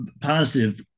positive